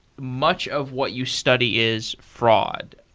much of what you study is fraud.